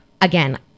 Again